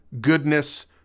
goodness